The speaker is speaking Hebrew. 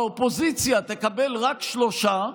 האופוזיציה תקבל רק שלושה,